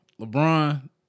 LeBron